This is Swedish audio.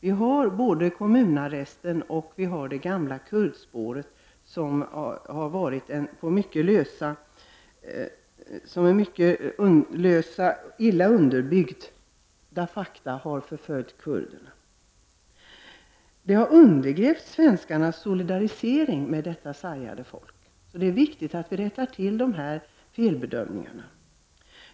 Vi har kommunarrester och det gamla kurdspåret, som med mycket illa underbyggda fakta har förföljt kurderna. Detta har undergrävt svenskarnas solidarisering med det sargade folket. Det är viktigt att vi rättar till dessa felbedömningar.